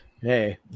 hey